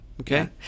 Okay